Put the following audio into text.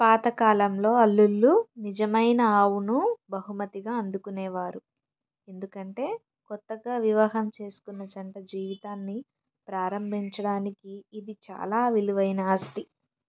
పాతకాలంలో అల్లుళ్లు నిజమైన ఆవును బహుమతిగా అందుకునేవారు ఎందుకంటే కొత్తగా వివాహం చేసుకున్న జంట జీవితాన్ని ప్రారంభించడానికి ఇది చాలా విలువైన ఆస్తి